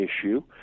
issue